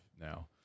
now